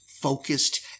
Focused